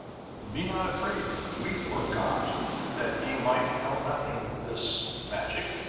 be not afraid. we forgot that ye might know nothing of this magic.